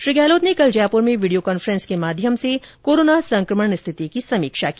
श्री गहलोत ने कल जयपुर में वीडियो कॉन्फेंस के माध्यम कोरोना संक्रमण की स्थिति की समीक्षा की